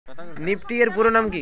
Nifty এর পুরোনাম কী?